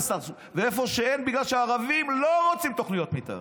איפה שאין זה בגלל שהערבים לא רוצים תוכניות מתאר.